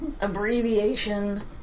abbreviation